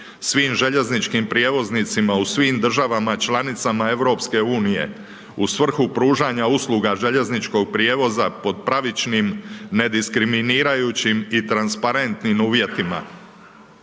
svim željezničkim prijevoznicima u svim državama članicama EU, u svrhu pružanja usluga željezničkog prijevoza, pod pravničkim ne diskriminirajućim i transparentnim uvjetima,